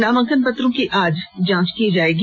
नामांकन पत्रों की आज जांच की जाएगी